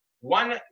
one